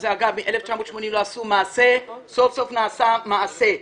מ-1980 לא עשו מעשה וסוף-סוף נעשה מעשה.